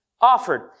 offered